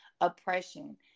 oppression